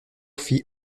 fit